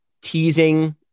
teasing